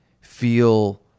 feel